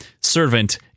servant